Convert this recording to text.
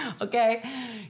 Okay